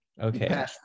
okay